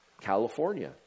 California